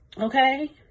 okay